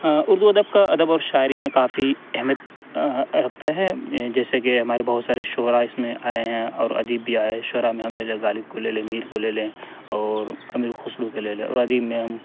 اردو ادب کا ادب اور شاعری میں کافی اہمیت رکھتا ہے جیسے کہ ہمارے بہت سارے شعرا اس میں آئے ہیں اور ادیب بھی آئے شعرا میں ہم نے غالب کو لے لیں میر کو لے لیں اور امیر خسرو کو لے لیں اور ادیب میں ہم